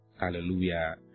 Hallelujah